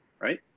right